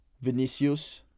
vinicius